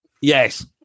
Yes